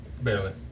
Barely